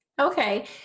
Okay